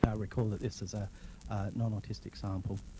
ah recall this is a nonautistic sample,